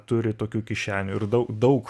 turi tokių kišenių ir daug